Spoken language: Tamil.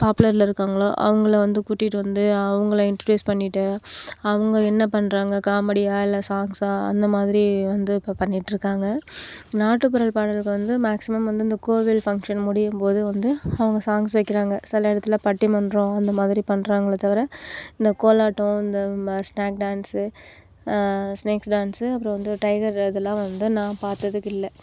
பாப்புலலர்ல இருக்காங்களோ அவங்கள வந்து கூட்டிட்டு வந்து அவங்கள இன்டிடியூஸ் பண்ணிட்டு அவங்க என்ன பண்றாங்க காமெடியா இல்லை சாங்ஸ்சா அந்த மாதிரி வந்து இப்போ பண்ணிட்டு இருக்காங்க நாட்டுப்புற பாடல்கள் வந்து மேக்சிமம் வந்து இந்த கோவில் ஃபங்க்ஷன் முடியும் போது வந்து அவங்க சாங்ஸ் வைக்கிறாங்க சில இடத்துல பட்டிமன்றம் அந்த மாதிரி பண்றாங்களே தவிர இந்த கோலாட்டம் இந்த ஸ்நேக் டான்ஸ் ஸ்நேக் டான்ஸ் அப்புறம் வந்து டைகர் அதெல்லாம் வந்து நான் பார்த்ததுக் இல்லை